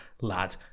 lad